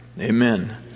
Amen